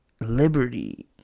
liberty